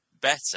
better